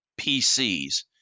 PCs